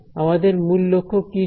আমাদের মূল লক্ষ্য কী ছিল